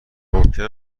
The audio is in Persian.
ممکن